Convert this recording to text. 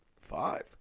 Five